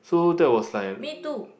so that was like